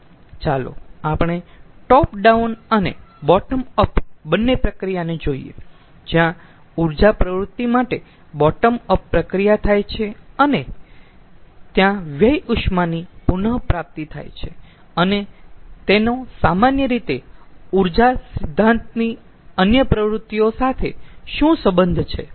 ચાલો આપણે top down અને અને બોટમ અપ બંને પ્રક્રિયાને જોઈયે જ્યા આ ઊર્જા પ્રવૃત્તિ માટે બોટમ અપ પ્રક્રિયા થાય છે અને ત્યાં વ્યય ઉષ્માની પુનપ્રાપ્તિ થાય છે અને તેનો સામાન્ય રીતે ઊર્જા સિદ્ધાંતની અન્ય પ્રવૃત્તિઓ સાથે તેનો સંબંધ શું છે